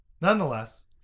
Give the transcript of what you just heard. Nonetheless